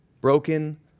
broken